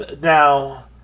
now